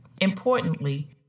Importantly